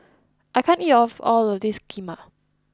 I can't eat of all of this Kheema